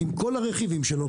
כל הרכיבים שלו,